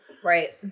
Right